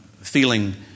feeling